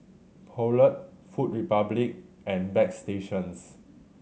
Poulet Food Republic and Bagstationz